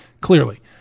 clearly